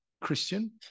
Christian